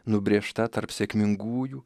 nubrėžta tarp sėkmingųjų